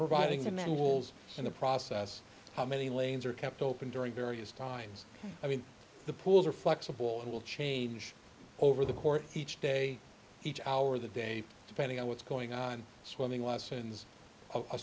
providing the minerals in the process how many lanes are kept open during various times i mean the pools are flexible and will change over the course each day each hour the day depending on what's going on swimming lessons